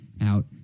out